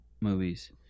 movies